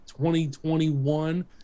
2021